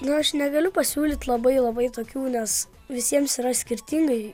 na aš negaliu pasiūlyt labai labai tokių nes visiems yra skirtingai